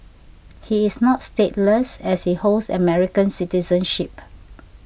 he is not stateless as he holds American citizenship